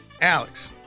Alex